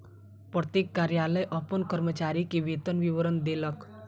प्रत्येक कार्यालय अपन कर्मचारी के वेतन विवरण देलक